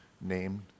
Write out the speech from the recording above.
named